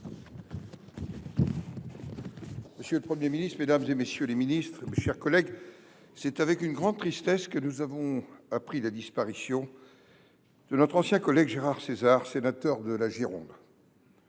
Monsieur le Premier ministre, mesdames, messieurs les ministres, mes chers collègues, c’est avec une grande tristesse que nous avons appris la disparition de Gérard César, ancien sénateur de la Gironde.